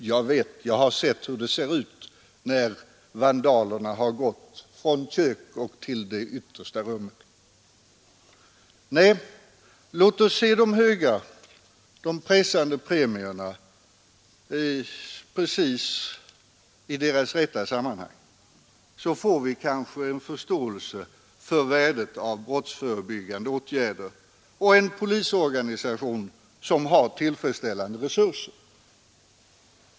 Jag vet. Jag har upplevt hur det känns när vandalerna gått fram i ens bostad. Nej, låt oss se de höga och pressande premierna i precis deras rätta sammanhang — då får vi kanske en förståelse för värdet av brottsförebyggande åtgärder och för en polisorganisation som har tillfredsställande resurser.